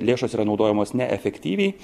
lėšos yra naudojamos neefektyviai